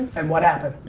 and what happened?